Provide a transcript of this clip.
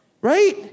Right